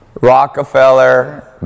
Rockefeller